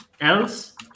else